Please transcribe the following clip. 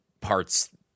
parts